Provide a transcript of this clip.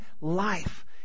life